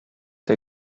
der